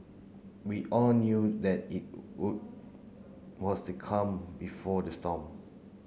we all knew that it was the calm before the storm